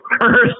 first